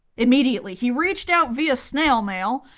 immediately, he reached out via snail mail,